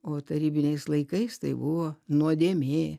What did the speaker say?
o tarybiniais laikais tai buvo nuodėmė